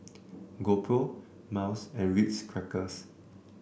GoPro Miles and Ritz Crackers